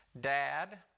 Dad